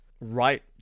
right